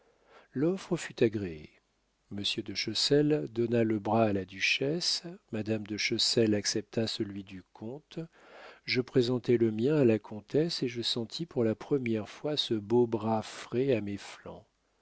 l'offre fut agréée monsieur de chessel donna le bras à la duchesse madame de chessel accepta celui du comte je présentai le mien à la comtesse et je sentis pour la première fois ce beau bras frais à mes flancs